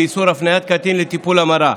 ואיסור הפניית קטין לטיפול המרה.